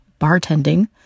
bartending